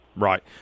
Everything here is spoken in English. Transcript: Right